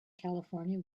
california